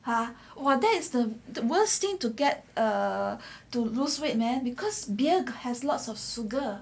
!huh! that is the worst thing to get to lose weight man because beer has lots of sugar